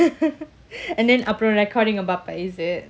and then அப்புறம்:apuram according ah பார்ப்பேன்:parpen is it